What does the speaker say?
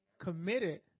committed